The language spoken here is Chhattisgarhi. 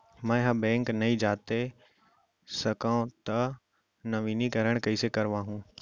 मैं ह बैंक नई जाथे सकंव त नवीनीकरण कइसे करवाहू?